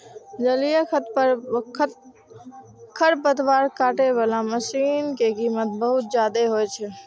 जलीय खरपतवार काटै बला मशीन के कीमत बहुत जादे होइ छै